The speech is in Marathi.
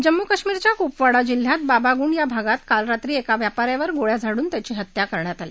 जम्मू कश्मीरच्या कुपवाडा जिल्ह्यात बाबागुंड या भागात काल रात्री एका व्यापा यावर गोळ्या झाडून त्याची हत्या करण्यात आली